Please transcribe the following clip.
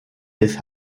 des